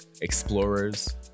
explorers